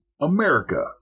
America